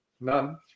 None